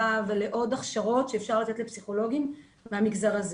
ולעוד הכשרות שאפשר לתת לפסיכולוגים מהמגזר הזה.